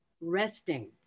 resting